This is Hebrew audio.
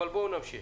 בואו נמשיך.